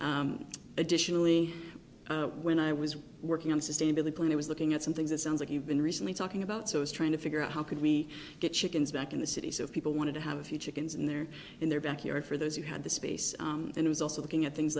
farms additionally when i was working on sustainability and i was looking at something that sounds like you've been recently talking about so is trying to figure out how can we get chickens back in the city so people want to have a few chickens in their in their backyard for those who had the space and was also looking at things